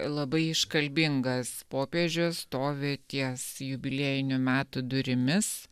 labai iškalbingas popiežius stovi ties jubiliejinių metų durimis